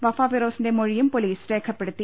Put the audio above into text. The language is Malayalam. വഫ ഫിറോസിന്റെ മൊഴിയും പൊലീസ് രേഖപ്പെടുത്തി